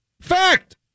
Fact